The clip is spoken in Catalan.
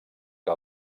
que